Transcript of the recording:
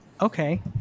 okay